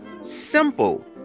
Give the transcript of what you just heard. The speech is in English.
simple